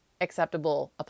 acceptable